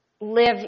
live